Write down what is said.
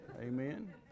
Amen